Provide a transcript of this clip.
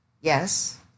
Yes